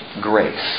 grace